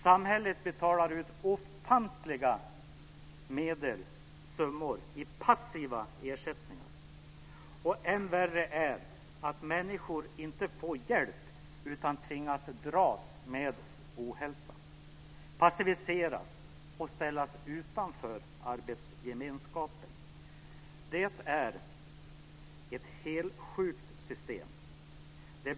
Samhället betalar ut ofantliga summor i passiva ersättningar. Än värre är att människor inte får hjälp utan tvingas dras med ohälsa, passiviseras och ställas utanför arbetsgemenskapen. Det är ett helsjukt system.